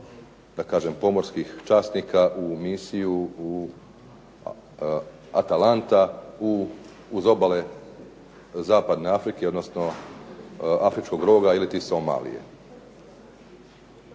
slanja pomorskih časnika u Misiju Atalanta uz obale Zapadne Afrike odnosno Afričkog roga ili Somalije.